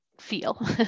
feel